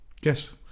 Yes